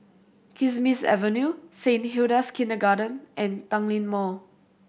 Kismis Avenue Saint Hilda's Kindergarten and Tanglin Mall